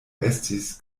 estis